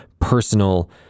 personal